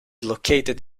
located